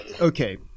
okay